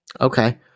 Okay